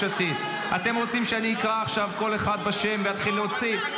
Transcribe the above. אתם רוצים שאקרא עכשיו כל אחד בשם ואתחיל להוציא?